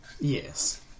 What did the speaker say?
Yes